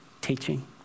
teaching